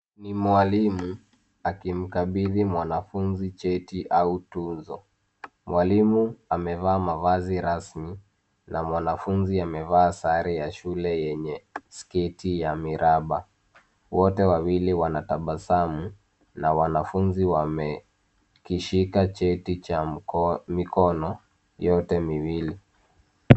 Ni mwalimu akimkabidhi mwanafunzi cheti au tuzo. Mwalimu amevaa mavazi rasmi na mwanafunzi amevaa sare ya shule yenye sketi ya miraba. Wote wawili wanatabasamu na wanafunzi wamekishika cheti cha mikono yote miwili.